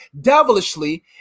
devilishly